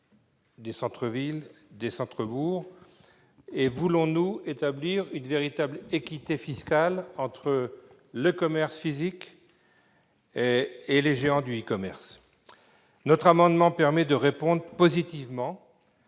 des centres-villes et des centres-bourgs ? Voulons-nous établir une véritable équité fiscale entre le commerce physique et les géants du e-commerce ? Cet amendement permet de répondre positivement